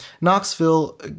Knoxville